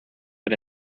but